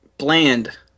Bland